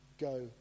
Go